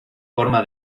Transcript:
forma